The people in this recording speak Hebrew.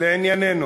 לענייננו.